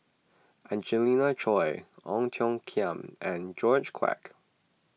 Angelina Choy Ong Tiong Khiam and George Quek